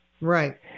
Right